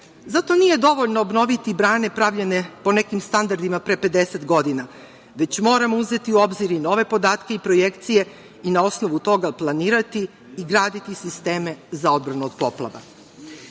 Zato nije dovoljno obnoviti brane pravljene po nekim standardima pre 50 godina, već moramo uzeti u obzir i nove podatke i projekcije i na osnovu toga planirati i graditi sisteme za odbranu od